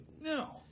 no